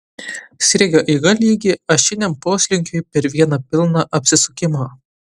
sriegio eiga lygi ašiniam poslinkiui per vieną pilną apsisukimą